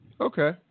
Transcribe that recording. Okay